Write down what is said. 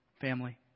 family